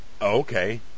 Okay